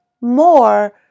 more